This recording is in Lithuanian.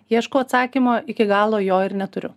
ieškau atsakymo iki galo jo ir neturiu